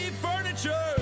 Furniture